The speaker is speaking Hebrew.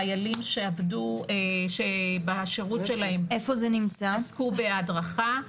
חיילים שבשרות שלהם עסקו בהדרכה.